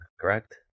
correct